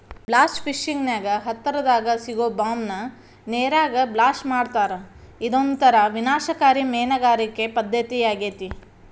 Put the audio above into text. blast fishing ನ್ಯಾಗ ಹತ್ತರದಾಗ ಸಿಗೋ ಬಾಂಬ್ ನ ನೇರಾಗ ಬ್ಲಾಸ್ಟ್ ಮಾಡ್ತಾರಾ ಇದೊಂತರ ವಿನಾಶಕಾರಿ ಮೇನಗಾರಿಕೆ ಪದ್ದತಿಯಾಗೇತಿ